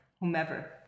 whomever